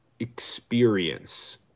experience